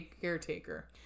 caretaker